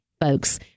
folks